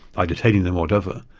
by detaining them or whatever,